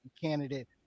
Candidate